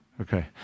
Okay